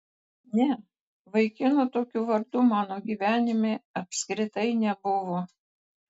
ne vaikinų tokiu vardu mano gyvenime apskritai nebuvo